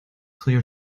clear